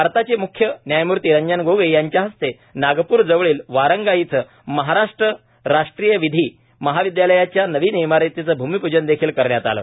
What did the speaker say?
भारताचे म्ख्य न्यायम्ती रंजन गोगोई यांच्या हस्ते नागपूर जवळील वारंगा इथं महाराष्ट्र राष्ट्रीय विधी महाविद्यालयाच्या नविन इमारतीचं भूमीपूजन देखील करण्यात आलं